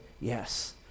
yes